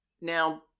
Now